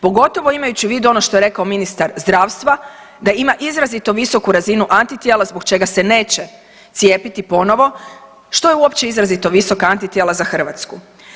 Pogotovo imajući u vidu ono što je rekao ministar zdravstva da ima izrazito visoku razinu antitijela zbog čega se neće cijepiti ponovno, što je uopće izrazito visoka antitijela za Hrvatsku?